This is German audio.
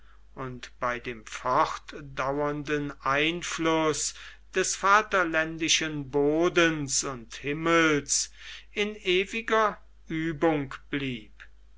und bei dem fortdauernden einfluß des vaterländischen bodens und himmels in ewiger uebung blieb